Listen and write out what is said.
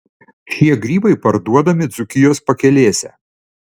šie grybai parduodami dzūkijos pakelėse